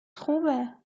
خوبه